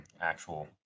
actual